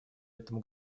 этому